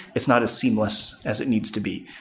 it's not as seamless as it needs to be.